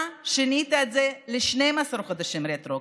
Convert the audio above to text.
אתה שינית את זה ל-12 חודשים רטרואקטיבית,